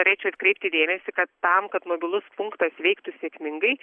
norėčiau atkreipti dėmesį kad tam kad mobilus punktas veiktų sėkmingai